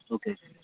okay